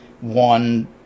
one